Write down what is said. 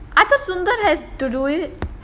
I thought sundar has to do it